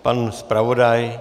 Pan zpravodaj.